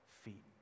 feet